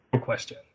question